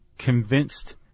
convinced